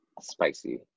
spicy